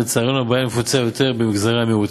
ולצערנו הבעיה נפוצה במגזרי המיעוטים.